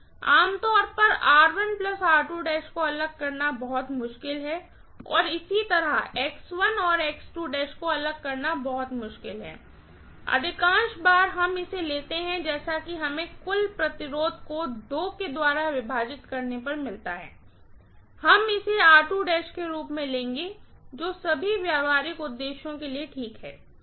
आम तौर पर और को अलग करना बहुत मुश्किल है और इसी तरह और को अलग करना बहुत मुश्किल हैअधिकांश बार हम इसे लेते हैं जैसा कि हमें कुल रेजिस्टेंस को 2 के द्वारा विभाजित करने पर मिलता है हम इसे के रूप में लेंगे जो सभी व्यावहारिक उद्देश्यों के लिए ठीक है